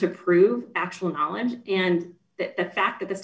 to prove actual knowledge and the fact that the